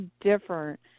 different